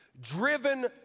driven